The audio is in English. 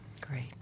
great